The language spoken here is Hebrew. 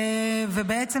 ובעצם,